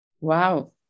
Wow